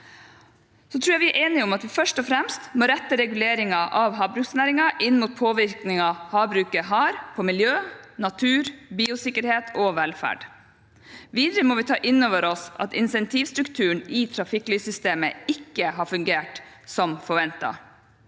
vi er enige om at vi først og fremst må rette reguleringen av havbruksnæringen inn mot påvirkningen havbruket har på miljø, natur, biosikkerhet og velferd. Videre må vi ta inn over oss at insentivstrukturen i trafikklyssystemet ikke har fungert som forventet.